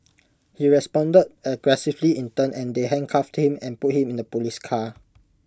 he responded aggressively in turn and they handcuffed him and put him in the Police car